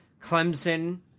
Clemson